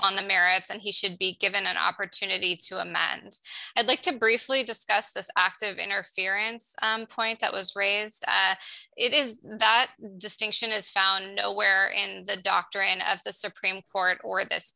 on the merits and he should be given an opportunity to a man's i'd like to briefly discuss this active interference point that was raised it is that the distinction is found nowhere and the doctor and the supreme court or